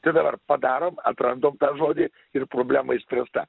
tai dabar padarom atrandam tą žodį ir problema išspręsta